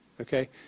okay